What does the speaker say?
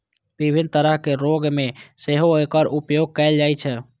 विभिन्न तरहक रोग मे सेहो एकर उपयोग कैल जाइ छै